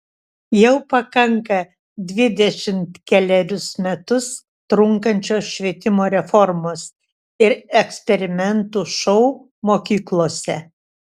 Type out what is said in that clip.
jau pakanka dvidešimt kelerius metus trunkančios švietimo reformos ir eksperimentų šou mokyklose